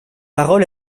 parole